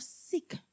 sick